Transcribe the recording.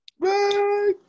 Bye